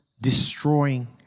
destroying